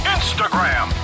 Instagram